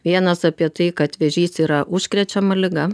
vienas apie tai kad vėžys yra užkrečiama liga